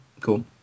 cool